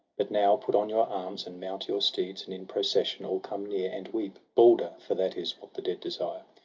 but now, put on your arms, and mount your steeds, and in procession all come near, and weep balder for that is what the dead desire.